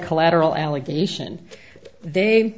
collateral allegation they